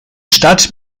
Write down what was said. stadt